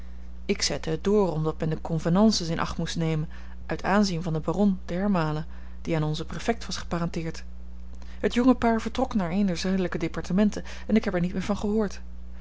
ik zette het door omdat men de convenances in acht moest nemen uit aanzien van den baron d'hermaele die aan onzen prefect was geparenteerd het jonge paar vertrok naar een der zuidelijke departementen en ik heb er niet meer van gehoord